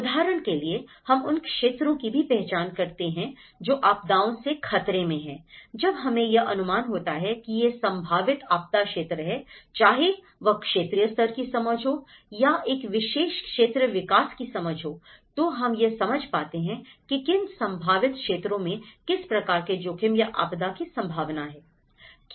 उदाहरण के लिए हम उन क्षेत्रों की भी पहचान करते हैं जो आपदाओं से खतरे में हैं जब हमें यह अनुमान होता है कि ये संभावित आपदा क्षेत्र हैं चाहे वह क्षेत्रीय स्तर की समझ हो या एक विशेष क्षेत्र विकास की समझ हो तो हम यह समझ पाते हैं कि किन संभावित क्षेत्रों में किस प्रकार के जोखिम या आपदा की संभावना है